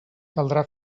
caldrà